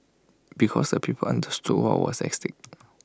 because the people understood what was at stake